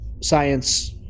science